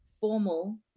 formal